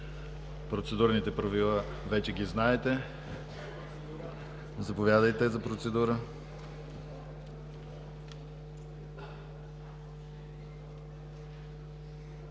Процедурните правила вече ги знаете. Заповядайте, за процедурата.